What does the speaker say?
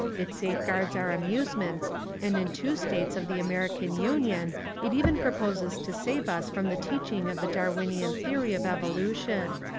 it safeguards our amusements and in two states of the american union it even proposes to save us from the teaching of the darwinian theory of evolution.